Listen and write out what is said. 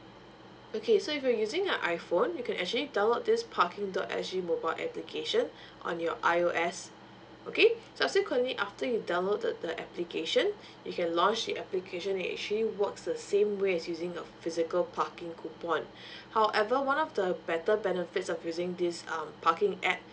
okay so if you're using a iphone you can actually download this parking dot s g mobile application on your I_O_S okay subsequently after you've downloaded the application you can launch the application it actually works the same way as using the physical parking coupon however one of the better benefits of using this um parking app